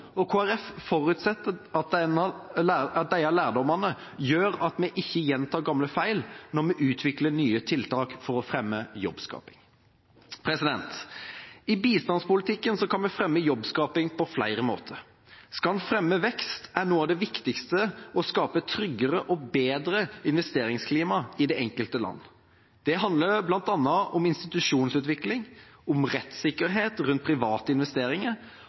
Kristelig Folkeparti forutsetter at disse lærdommene gjør at vi ikke gjentar gamle feil når vi utvikler nye tiltak for å fremme jobbskaping. I bistandspolitikken kan vi fremme jobbskaping på flere måter. Skal en fremme vekst, er noe av det viktigste å skape et tryggere og bedre investeringsklima i det enkelte land. Det handler bl.a. om institusjonsutvikling, om rettssikkerhet rundt private investeringer